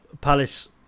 Palace